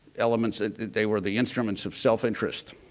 elements that they were the instruments of self interest.